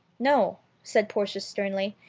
no, said portia sternly,